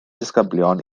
disgyblion